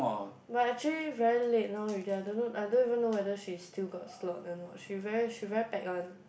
but actually very late now already I don't know I don't even know whether she still got slot or not she very she very pack one